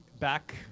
Back